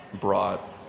brought